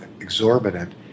exorbitant